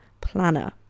planner